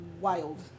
wild